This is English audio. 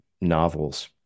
novels